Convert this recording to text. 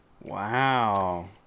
Wow